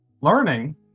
Learning